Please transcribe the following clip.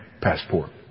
passport